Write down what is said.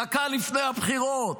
דקה לפני הבחירות: